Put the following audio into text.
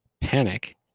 Panic